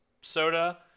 soda